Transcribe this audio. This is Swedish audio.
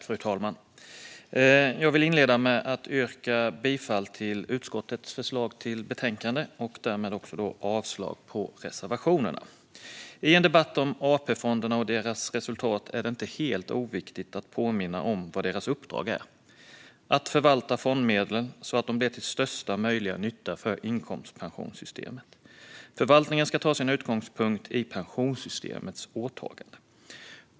Fru talman! Jag vill inleda med att yrka bifall till utskottets förslag i betänkandet och därmed avslag på reservationerna. I en debatt om AP-fonderna och deras resultat är det inte helt oviktigt att påminna om vad deras uppdrag är. Det är att förvalta fondmedlen så att de blir till största möjliga nytta för inkomstpensionssystemet. Förvaltningen ska ta sin utgångspunkt i pensionssystemets åtagande.